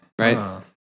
Right